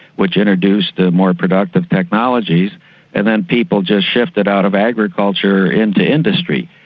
which introduced ah more productive technologies and then people just shifted out of agriculture into industry.